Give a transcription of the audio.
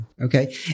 Okay